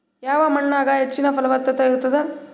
ಯಾವ ಮಣ್ಣಾಗ ಹೆಚ್ಚಿನ ಫಲವತ್ತತ ಇರತ್ತಾದ?